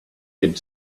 could